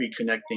reconnecting